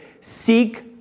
Seek